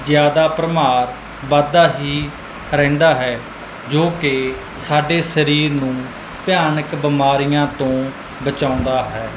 ਜ਼ਿਆਦਾ ਭਰਮਾਰ ਵੱਧਦਾ ਹੀ ਰਹਿੰਦਾ ਹੈ ਜੋ ਕਿ ਸਾਡੇ ਸਰੀਰ ਨੂੰ ਭਿਆਨਕ ਬਿਮਾਰੀਆਂ ਤੋਂ ਬਚਾਉਂਦਾ ਹੈ